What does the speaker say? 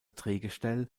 drehgestell